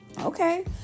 Okay